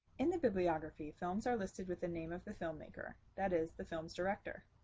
in the bibliography, films are listed with the name of the filmmaker that is, the film's director.